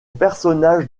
personnage